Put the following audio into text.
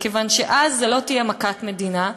מכיוון שאז זו לא תהיה מכת מדינה,